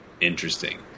interesting